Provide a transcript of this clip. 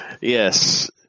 Yes